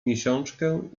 miesiączkę